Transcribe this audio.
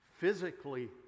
physically